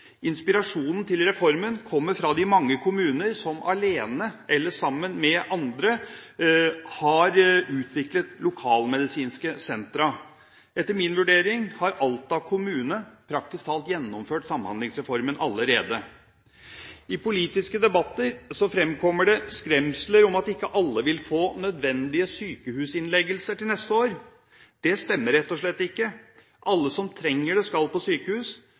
Inspirasjonen til reformen kommer fra de mange kommuner som alene eller sammen med andre har utviklet lokalmedisinske sentra. Etter min vurdering har Alta kommune praktisk talt gjennomført Samhandlingsreformen allerede. I politiske debatter fremkommer det skremsler om at ikke alle vil få nødvendig sykehusinnleggelse til neste år. Det stemmer rett og slett ikke. Alle som trenger det, skal på sykehus,